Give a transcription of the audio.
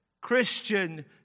Christian